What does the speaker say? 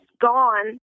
gone